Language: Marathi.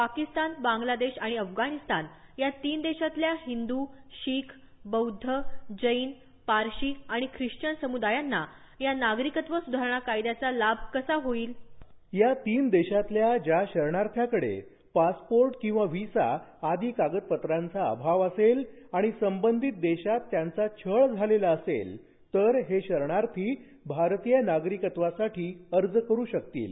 पाकिस्तान बांगलादेश आणि अफगाणिस्तानातले या तीन देशातल्या हिंद्र शीख बौद्ध जैन पारशी आणि खिश्चन समुदायांना या नागरिकत्व स्धारणा कायद्याचा लाभ कसा होईल या शरणार्थ्यांकडे पासपोर्ट किंवा व्हिसा आदी कागदपत्रांचा अभाव असेल आणि संबंधित देशात त्यांचा छळ झालेला असेल तर हे शरणार्थी भारतीय नागरिकत्वासाठी अर्ज करू शकतील